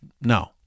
No